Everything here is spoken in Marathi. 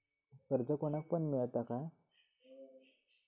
कर्ज कोणाक पण मेलता काय?